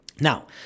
Now